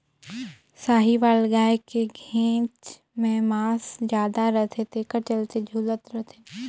साहीवाल गाय के घेंच में मांस जादा रथे तेखर चलते झूलत रथे